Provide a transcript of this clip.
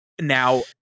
Now